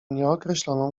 nieokreśloną